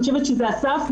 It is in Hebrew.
אני חושבת שזה אסף,